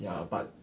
ya but